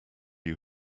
you